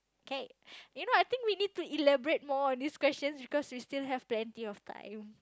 okay you know I think we need to elaborate more on this question because we still have plenty of time